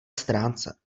stránce